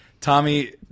Tommy